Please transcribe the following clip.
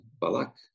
Balak